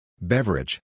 beverage